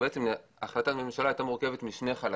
החלטת הממשלה הייתה מורכבת משני חלקים: